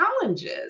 challenges